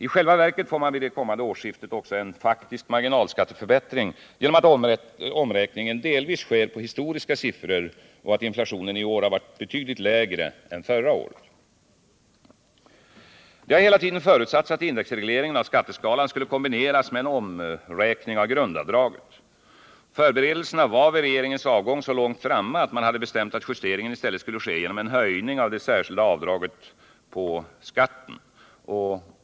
I själva verket får man vid det kommande årsskiftet också en faktisk marginalskatteförbättring genom att omräkningen delvis sker på historiska siffror och att inflationen i år varit betydligt lägre än förra året. Det har hela tiden förutsatts att indexregleringen av skatteskalan skulle kombineras med en omräkning av grundavdraget. Förberedelserna var vid regeringens avgång så långt framme, att man hade bestämt att justeringen i stället skulle ske genom en höjning av det särskilda avdraget på skatten.